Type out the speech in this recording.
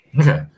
Okay